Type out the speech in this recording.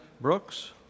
Brooks